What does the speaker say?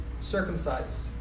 circumcised